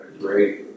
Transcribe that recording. great